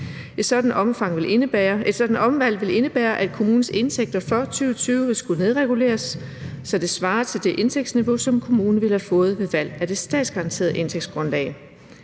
Et sådant omvalg vil indebære, at kommunens indtægter for 2020 vil skulle nedreguleres, så de svarer til det indtægtsniveau, som kommunen ville have fået ved valg af det statsgaranterede indtægtsgrundlag.